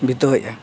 ᱵᱤᱛᱟᱹᱣᱮᱫᱼᱟ